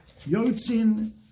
Yotzin